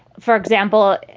for example,